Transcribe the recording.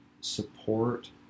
support